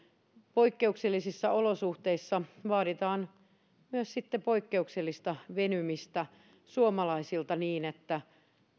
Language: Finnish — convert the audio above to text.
poikkeuksellisissa olosuhteissa vaaditaan myös poikkeuksellista venymistä suomalaisilta niin että